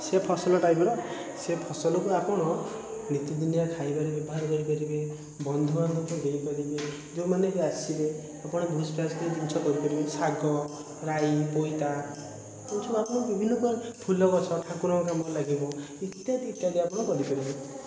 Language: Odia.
ସେ ଫସଲ ଟାଇପ୍ର ସେ ଫସଲକୁ ଆପଣ ନିତିଦିନିଆ ଖାଇବାରେ ବ୍ୟବହାର କରିପାରିବେ ବନ୍ଧୁବାନ୍ଧବଙ୍କୁ ଦେଇପାରିବେ ଯେଉଁମାନେ ବି ଆସିବେ ଆପଣ ଭୁଷଭାଷ କି ଜିନଷ କରିପାରିବେ ଶାଗ ରାଇ ବୋଇତା ଏଇସବୁ ଆପଣ ବିଭିନ୍ନପ୍ରକାର ଫୁଲଗଛ ଠାକୁରଙ୍କ କାମକୁ ଲାଗିବ ଇତ୍ୟାଦି ଇତ୍ୟାଦି ଆପଣ କରିପାରିବେ